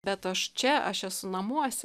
bet aš čia aš esu namuose